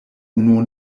unu